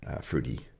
fruity